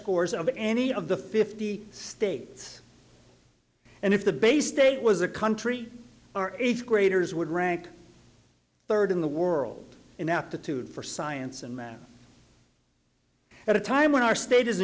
scores of any of the fifty states and if the bay state was a country our eighth graders would rank third in the world in aptitude for science and math at a time when our sta